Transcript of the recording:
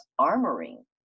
armoring